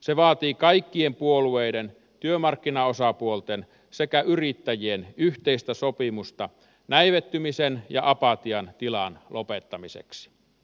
se vaatii kaikkien puolueiden työmarkkinaosapuolten sekä yrittäjien yhteistä sopimusta näivettymisen ja apatian tilan lopettamiseksi